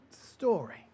story